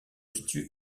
situe